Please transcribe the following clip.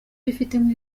bifitemo